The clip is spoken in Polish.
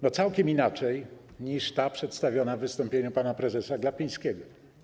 No, całkiem inaczej niż ta przedstawiona w wystąpieniu pana prezesa Glapińskiego.